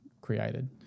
created